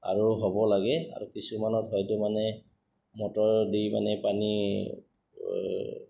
আৰু হ'ব লাগে আৰু কিছুমানত হয়তো মানে মটৰ দি পিনে পানী